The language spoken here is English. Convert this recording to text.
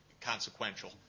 consequential